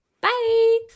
Bye